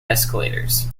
escalators